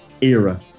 era